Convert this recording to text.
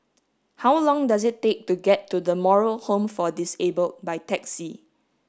how long does it take to get to The Moral Home for Disabled by taxi